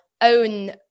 own